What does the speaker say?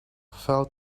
fell